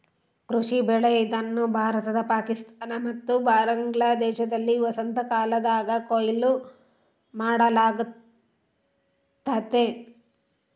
ಕೃಷಿ ಬೆಳೆ ಇದನ್ನು ಭಾರತ ಪಾಕಿಸ್ತಾನ ಮತ್ತು ಬಾಂಗ್ಲಾದೇಶದಲ್ಲಿ ವಸಂತಕಾಲದಾಗ ಕೊಯ್ಲು ಮಾಡಲಾಗ್ತತೆ